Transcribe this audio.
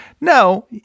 no